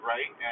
Right